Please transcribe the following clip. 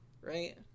right